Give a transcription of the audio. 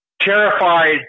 terrified